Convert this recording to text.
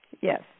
Yes